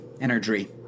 energy